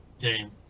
game